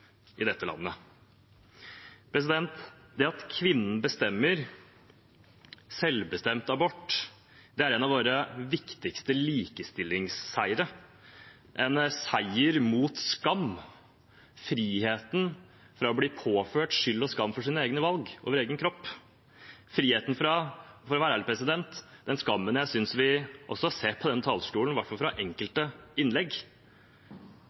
i dette landet. At kvinnen bestemmer – selvbestemt abort – er en av våre viktigste likestillingsseire. Det er en seier mot skam og for friheten fra å bli påført skyld og skam for sine egne valg knyttet til sin egen kropp, friheten fra den skammen jeg synes vi også har sett på denne talerstolen, for å være helt ærlig, i hvert fall i enkelte innlegg.